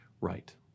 right